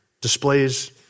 displays